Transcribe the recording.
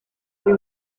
uyu